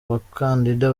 bakandida